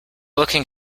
looking